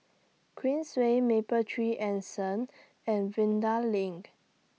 Queensway Mapletree Anson and Vanda LINK